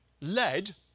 led